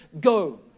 go